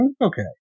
Okay